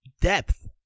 depth